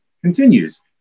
continues